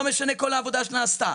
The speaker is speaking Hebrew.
לא משנה כל העבודה שנעשתה,